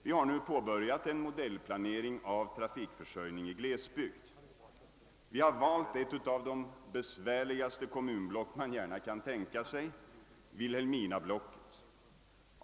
Vi har nu påbörjat en modellplanering av trafikförsörjning i glesbygd. Vi har valt ett av de besvärligaste kommunblock man gärna kan tänka sig: Vilhelminablocket.